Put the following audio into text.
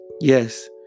Yes